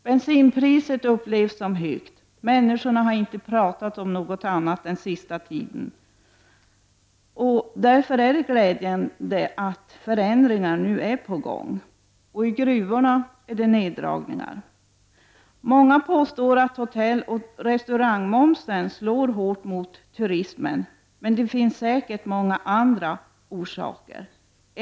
Bensinpriset upplevs som högt och människorna har inte pratat om något annat den sista tiden. Det är glädjande att förändringar är på gång. I gruvorna är det neddragningar. Många påstår att hotell och restaurangmomsen slår hårt mot turismen. Det finns säkert många andra orsaker.